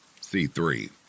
C3